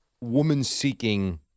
Woman-seeking